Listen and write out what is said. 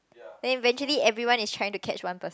then eventually everyone is trying to catch one person